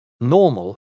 Normal